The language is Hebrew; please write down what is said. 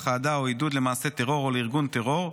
אהדה או עידוד למעשה טרור או לארגון טרור,